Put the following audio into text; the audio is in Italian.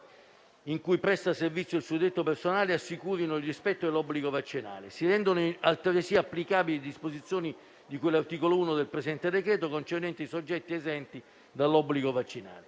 in cui presta servizio il suddetto personale assicurino il rispetto e l'obbligo vaccinale. Si rendono altresì applicabili disposizioni di cui all'articolo 1 del presente decreto concernente i soggetti esenti dall'obbligo vaccinale.